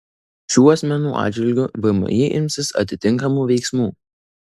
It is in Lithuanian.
šių asmenų atžvilgiu vmi imsis atitinkamų veiksmų